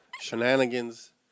Shenanigans